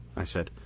i said.